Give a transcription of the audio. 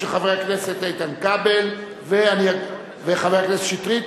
של חבר הכנסת איתן כבל וחבר הכנסת שטרית.